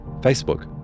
Facebook